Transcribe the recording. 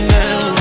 now